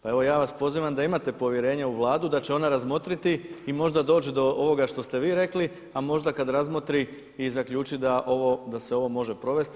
Pa evo ja vas pozivam da imate povjerenje u Vladu da će ona razmotriti i možda doći do ovoga što ste vi rekli, a možda kada razmotri i zaključiti da se ovo može provesti.